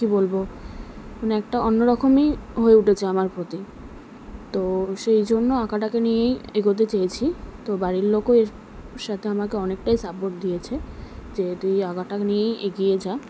কি বলব মানে একটা অন্যরকমই হয়ে উঠেছে আমার প্রতি তো সেই জন্য আঁকাটাকে নিয়েই এগোতে চেয়েছি তো বাড়ির লোকও এর সাথে আমাকে অনেকটাই সাপোর্ট দিয়েছে যে তুই আঁকাটা নিয়েই এগিয়ে যা